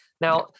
Now